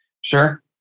Sure